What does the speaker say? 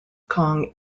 cong